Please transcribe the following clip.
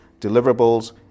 deliverables